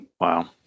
Wow